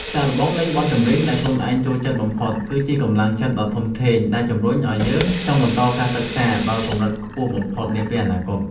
សាកល្បងលេងបទចម្រៀងដែលខ្លួនឯងចូលចិត្តបំផុតគឺជាកម្លាំងចិត្តដ៏ធំធេងដែលជម្រុញឱ្យយើងចង់បន្តការសិក្សាឱ្យដល់កម្រិតខ្ពស់បំផុតនាពេលខាងមុខ។